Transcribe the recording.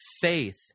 faith